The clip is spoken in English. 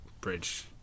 bridge